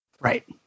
right